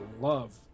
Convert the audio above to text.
love